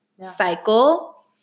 cycle